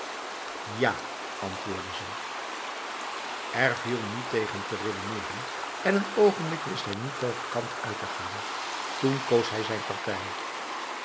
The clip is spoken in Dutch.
ja antwoordde ze er viel niet tegen te redeneren en een ogenblik wist hij niet welke kant uit te gaan toen koos hij zijn partijl